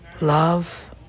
love